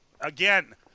again